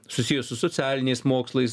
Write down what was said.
susiję su socialiniais mokslais